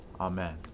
Amen